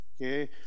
okay